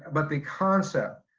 but the concept,